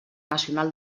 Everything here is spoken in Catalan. nacional